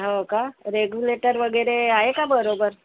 हो का रेग्युलेटर वगैरे आहे का बरोबर